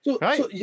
Right